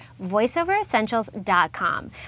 VoiceOverEssentials.com